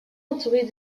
entourée